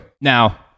now